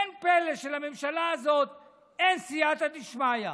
אין פלא שלמדינה הזו אין סייעתא דשמיא.